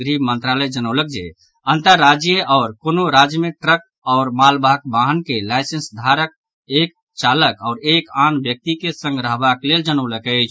गृह मंत्रालय जनौलक जे अंतर राज्यीय आओर कोनो राज्य मे ट्रक आओर मालवाहक वाहन के लाईसेंसधारक एक चालक आओर एक आन व्यक्ति के संग रहबाक लेल जनौलक अछि